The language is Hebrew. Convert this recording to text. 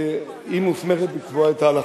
היא מוסכמת לקבוע את ההלכה.